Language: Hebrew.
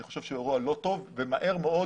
אני חושב שזה אירוע לא טוב ומהר מאוד